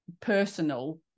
personal